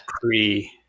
Pre